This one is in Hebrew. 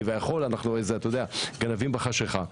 שכביכול אנחנו איזה גנבים בחשיכה,